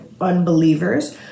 unbelievers